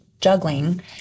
juggling